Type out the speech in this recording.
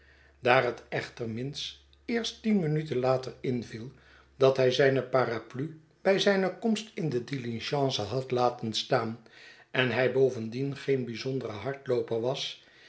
daar het echter minns eerst tien minuten later inviel dat hij zijne paraplu bij zijne komst in de diligence had laten staan en hij bovendien geen bijzondere hardlooper was